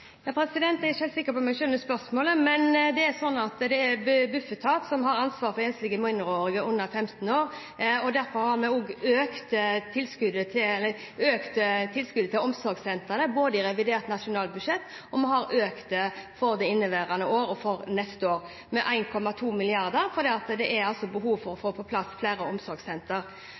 Jeg er ikke helt sikker på om jeg skjønner spørsmålet, men det er Bufetat som har ansvaret for enslige mindreårige under 15 år, derfor har vi også økt tilskuddet til omsorgssentrene i revidert nasjonalbudsjett, og vi har økt det for inneværende år og for neste år med 1,2 mrd. kr fordi det er behov for å få på plass flere omsorgssentre. Så er det ikke på omsorgssentrene de enslige mindreårige skal bo, det er